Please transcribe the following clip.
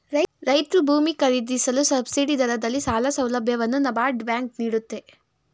ರೈತ್ರು ಭೂಮಿ ಖರೀದಿಸಲು ಸಬ್ಸಿಡಿ ದರದಲ್ಲಿ ಸಾಲ ಸೌಲಭ್ಯವನ್ನು ನಬಾರ್ಡ್ ಬ್ಯಾಂಕ್ ನೀಡುತ್ತೆ